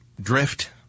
drift